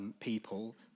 people